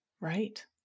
Right